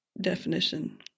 definition